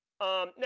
Now